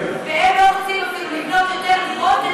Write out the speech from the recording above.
והם לא רוצים אפילו לבנות יותר דירות,